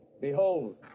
Behold